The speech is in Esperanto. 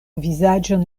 vizaĝon